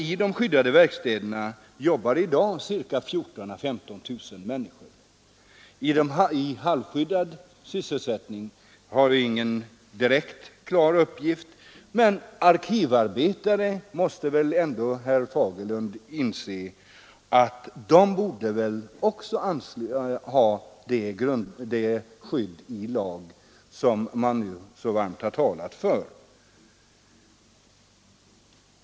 I de skyddade verkstäderna arbetar i dag 14 000 å 15 000 människor. Hur många som arbetar i halvskyddad sysselsättning har jag inga exakta uppgifter på men det är en stor grupp. Arkivarbetarna måste väl också, herr Fagerlund, ha det skydd i lagen som man nu talar så varmt för!